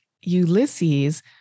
Ulysses